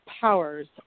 powers